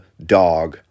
dog